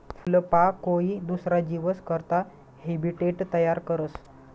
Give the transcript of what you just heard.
फूलपाकोई दुसरा जीवस करता हैबीटेट तयार करस